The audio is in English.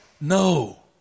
No